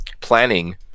planning